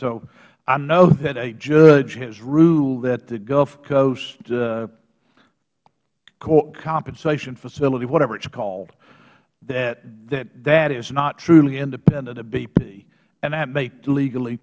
so i know that a judge has ruled that the gulf coast compensation facility whatever it's called that that is not truly independent of bp and that may legally